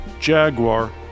Jaguar